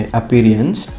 appearance